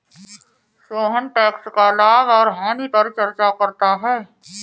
Sohan tax का लाभ और हानि पर चर्चा करता है